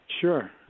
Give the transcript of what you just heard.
Sure